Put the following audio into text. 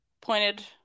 Pointed